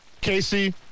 Casey